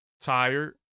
tired